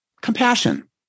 compassion